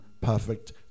perfect